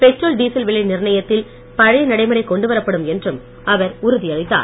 petrol diesel விலை நிர்ணயித்தில் பழைய நடைமுறை கொண்டுவரப்படும் என்றும் அவர் உறுதியளித்தார்